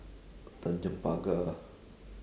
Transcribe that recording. tanjong pagar